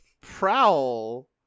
Prowl